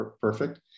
perfect